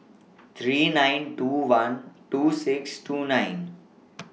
three nine two one two six two nine